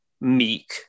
meek